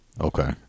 Okay